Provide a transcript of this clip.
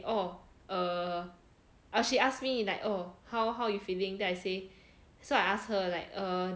orh err orh she ask me like oh how how you feeling then I say so I ask her like a